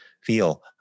feel